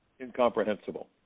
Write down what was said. incomprehensible